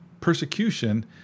persecution